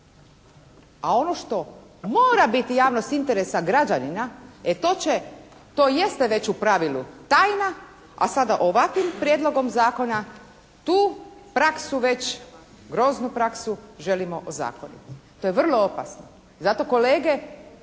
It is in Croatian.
A ono što mora biti javnost interesa građanina, e to će, to jeste već u pravilu tajna, a sada ovakvim prijedlogom zakona tu praksu već, groznu praksu želimo ozakoniti. To je vrlo opasno. Zato kolege